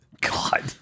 God